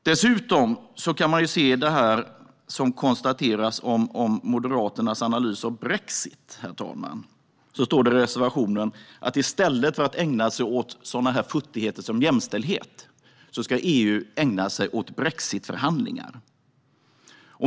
Dessutom, när det gäller Moderaternas analys av brexit, står det i reservationen att EU, i stället för att ägna sig åt futtigheter som jämställdhet, ska ägna sig åt brexitförhandlingar.